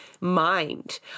mind